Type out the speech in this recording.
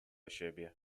siebie